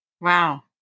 Wow